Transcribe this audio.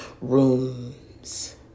rooms